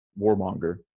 Warmonger